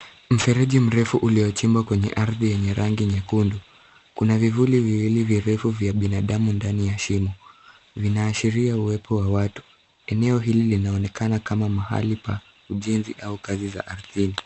Mfereji mrefu uliochimba kwenye ardhi yenye rangi nyekundu. Kuna vivuli viwili virefu vya binadamu ndani ya shimo vinaashiria uwepo wa watu. Eneo hili linaonekana kama mahali pa ujenzi au kazi za ardhini.